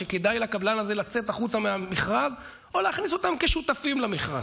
שכדאי לקבלן הזה לצאת החוצה מהמכרז או להכניס אותם כשותפים למכרז.